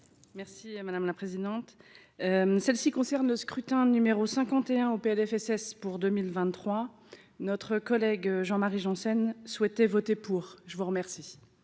Merci madame la présidente, celle-ci concerne scrutin numéro 51 au Plfss pour 2023 notre collègue Jean-Marie Janssens souhaitaient voter. Pour je vous remercie,